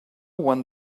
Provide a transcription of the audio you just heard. one